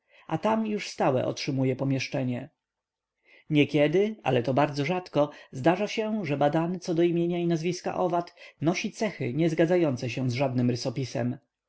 a tam już stałe otrzymuje pomieszczenie niekiedy ale to bardzo rzadko zdarza się że badany co do imienia i nazwiska owad nosi cechy nie zgadzające się z żadnym rysopisem